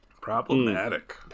Problematic